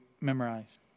memorize